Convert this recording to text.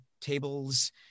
tables